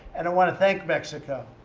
and i want to thank mexico,